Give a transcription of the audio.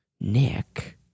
Nick